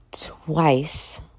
twice